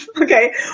Okay